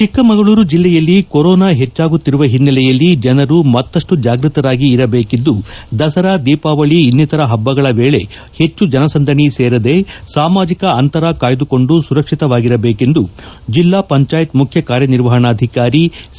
ಚಿಕ್ಕಮಗಳೂರು ಜಿಲ್ಲೆಯಲ್ಲಿ ಕೊರೋನಾ ಹೆಚ್ಚಾಗುತ್ತಿರುವ ಹಿನ್ನೆಲೆಯಲ್ಲಿ ಜನರು ಮತ್ತಪ್ಪು ಜಾಗ್ಯತರಾಗಿ ಇರಬೇಕಿದ್ದು ದಸರಾ ದೀಪಾವಳಿ ಇನ್ನಿತರ ಹಬ್ಬಗಳ ವೇಳೆ ಹೆಚ್ಚು ಜನಸಂದಣಿ ಸೇರದೆ ಸಾಮಾಜಿಕ ಅಂತರ ಕಾಯ್ದುಕೊಂಡು ಸುರಕ್ಷಿತವಾಗಿರಬೇಕೆಂದು ಜಿಲ್ಲಾ ಪಂಚಾಯಿತಿ ಮುಖ್ಯ ಕಾರ್ಯನಿರ್ವಹಣಾಧಿಕಾರಿ ಸಿ